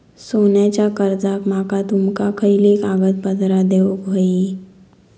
सोन्याच्या कर्जाक माका तुमका खयली कागदपत्रा देऊक व्हयी?